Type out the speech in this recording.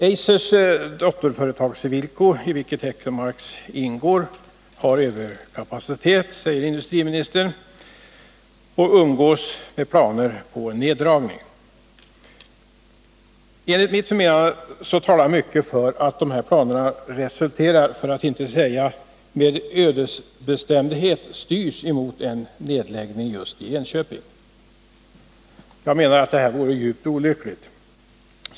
Eisers dotterföretag Cewilko AB, i vilket Hettemarks ingår, har överkapacitet, säger industriministern. Man umgås med planer på en neddragning. Enligt mitt förmenande talar mycket för att de planerna resulterar i, för att inte säga med ödesbestämdhet styr mot, en neddragning just i Enköping. Jag menar att det vore djupt olyckligt.